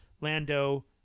Lando